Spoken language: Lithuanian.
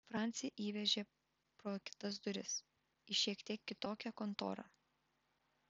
francį įvežė pro kitas duris į šiek tiek kitokią kontorą